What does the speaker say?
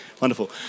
Wonderful